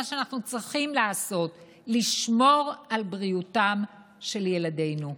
שאנחנו צריכים לעשות: לשמור על בריאותם של ילדינו.